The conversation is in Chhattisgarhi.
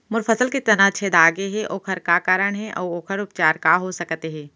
मोर फसल के तना छेदा गेहे ओखर का कारण हे अऊ ओखर उपचार का हो सकत हे?